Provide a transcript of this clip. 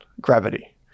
Gravity